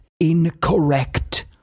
incorrect